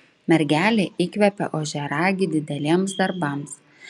mergelė įkvepia ožiaragį dideliems darbams